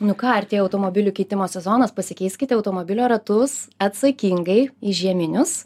nu ką artėja automobilių keitimo sezonas pasikeiskite automobilio ratus atsakingai į žieminius